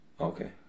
okay